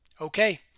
Okay